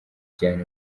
cyane